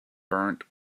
burnt